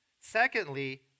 Secondly